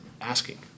asking